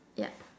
yup